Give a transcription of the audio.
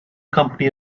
company